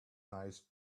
nice